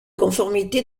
conformité